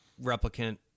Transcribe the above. replicant